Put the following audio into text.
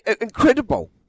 incredible